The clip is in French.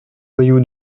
voyou